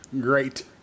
great